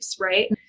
Right